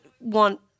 want